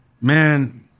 Man